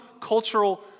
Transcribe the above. cultural